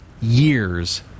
years